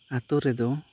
ᱟᱛᱳ ᱨᱮᱫᱚ